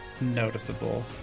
noticeable